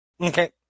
okay